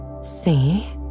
See